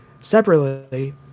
separately